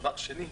דבר שני,